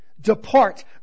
depart